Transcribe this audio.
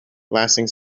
lasting